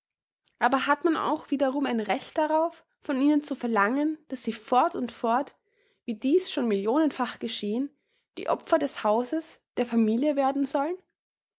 aber hat man auch wiederum ein recht darauf von ihnen zu verlangen daß sie fort und fort wie dies schon millionenfach geschehen die opfer des hauses der familie werden sollen